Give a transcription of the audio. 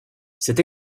cette